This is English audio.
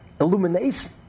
illumination